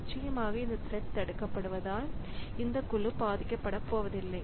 நிச்சயமாக இந்த த்ரெட் தடுக்கப்படுவதால் இந்த குழு பாதிக்கப்படுவதில்லை